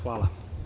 Hvala.